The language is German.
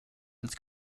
ins